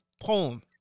poem